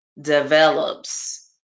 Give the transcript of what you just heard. develops